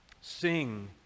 sing